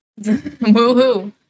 Woohoo